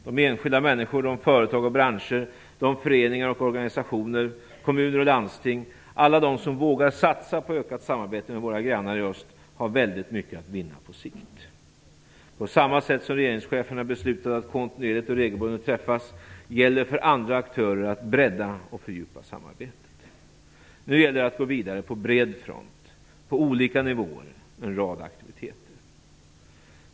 De enskilda människor, de företag och branscher, de föreningar och organisationer, kommuner och landsting som vågar satsa på ökat samarbete med våra grannar i öst har väldigt mycket att vinna på sikt. På samma sätt som regeringscheferna beslutade att kontinuerligt och regelbundet träffas gäller för andra aktörer att bredda och fördjupa samarbetet. Nu gäller det att gå vidare på bred front och på olika nivåer med en rad aktiviteter.